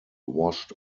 washed